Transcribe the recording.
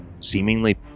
seemingly